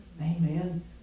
Amen